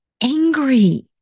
angry